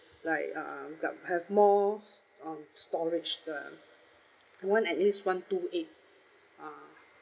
like um that have more um storage ya I want at least one two eight uh